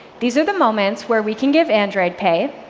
these are the moments where we can give android pay